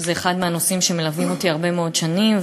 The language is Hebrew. שזה אחד מהנושאים שמלווים אותי הרבה מאוד שנים,